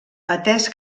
atès